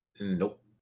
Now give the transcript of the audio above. Nope